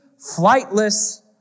flightless